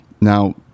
now